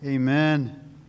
Amen